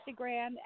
Instagram